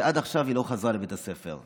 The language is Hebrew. שעד עכשיו היא לא חזרה לבית הספר.